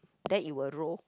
then it will roll